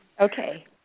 Okay